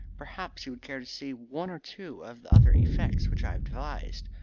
perhaps you would care to see one or two of the other effects which i have devised.